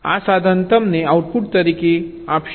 આ સાધન તમને આઉટપુટ તરીકે શું આપશે